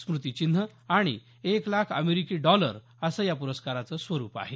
स्मृतीचिन्ह आणि एक लाख अमेरिकी डॉलर असं या प्रस्काराचं स्वरुप आहे